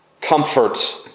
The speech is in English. Comfort